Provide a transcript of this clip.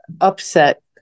upset